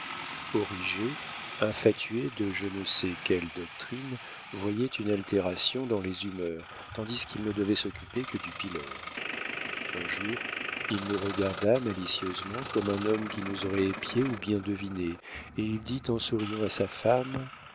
origet infatué de je ne sais quelle doctrine voyait une altération dans les humeurs tandis qu'il ne devait s'occuper que du pylore un jour il nous regarda malicieusement comme un homme qui nous aurait épiés ou bien devinés et il dit en souriant à sa femme